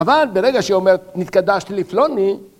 אבל ברגע שהיא אומרת, נתקדשתי לפלוני,